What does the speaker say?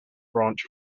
branch